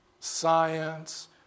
science